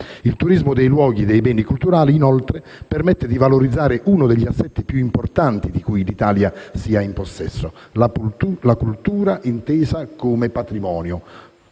Il turismo dei luoghi e dei beni culturali, inoltre, permette di valorizzare uno degli assetti più importanti di cui l'Italia sia in possesso: la cultura intesa come patrimonio